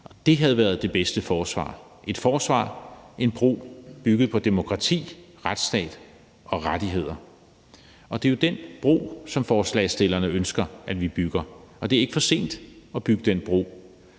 det havde været det bedste forsvar – et forsvar og en bro bygget på demokrati, retsstat og rettigheder. Det er jo den bro, som forslagsstillerne ønsker at vi bygger, og det er ikke for sent at bygge den bro.